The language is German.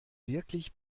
wirklich